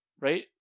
right